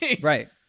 right